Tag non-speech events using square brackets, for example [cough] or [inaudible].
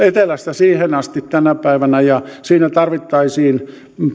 [unintelligible] etelästä siihen asti ja siinä tarvittaisiin